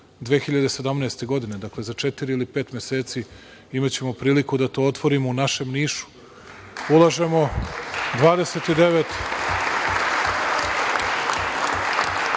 2017. godine, dakle za četiri ili pet meseci imaćemo priliku da to otvorimo u našem Nišu. Ulažemo 29